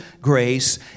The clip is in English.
grace